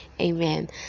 amen